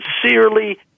sincerely